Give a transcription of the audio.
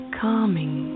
calming